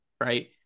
right